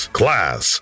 class